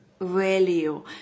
value